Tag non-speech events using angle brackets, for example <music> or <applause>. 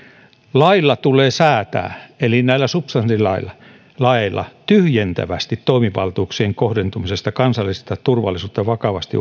lailla tulee säätää eli näillä substanssilaeilla tyhjentävästi toimivaltuuksien kohdentumisesta kansallista turvallisuutta vakavasti <unintelligible>